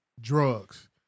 drugs